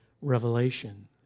revelation